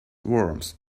worms